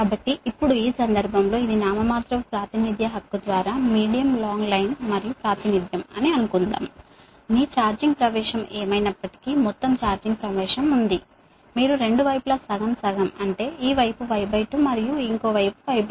కాబట్టి ఇప్పుడు ఈ సందర్భంలో ఇది నామినల్ ప్రాతినిధ్యం ద్వారా మీడియం లాంగ్ లైన్ మరియు ప్రాతినిధ్యం అని అనుకుందాం మీ ఛార్జింగ్ అడ్మిట్టన్స్ ఏమైనప్పటికీ మొత్తం ఛార్జింగ్ అడ్మిట్టన్స్ ఉంది మీరు రెండు వైపులా సగం సగం అంటే ఈ వైపు Y2 మరియు ఈ వైపు Y2